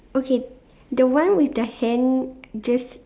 okay the one with the hand just